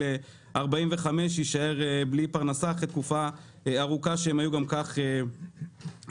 45 יישאר בלי פרנסה אחרי תקופה ארוכה שהם היו גם כך בבעיה.